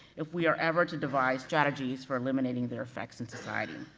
if we are ever to devise strategies for eliminating their effects in society.